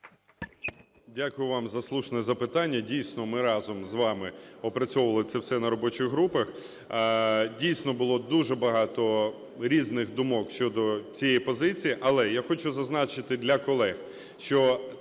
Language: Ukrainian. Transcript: Дякую вам за слушне запитання. Дійсно, ми разом з вами опрацьовували це все на робочих групах. Дійсно, було дуже багато різних думок щодо цієї позиції. Але я хочу зазначити для колег, що